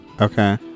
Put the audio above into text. Okay